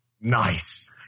Nice